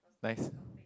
nice